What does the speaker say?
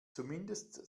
zumindest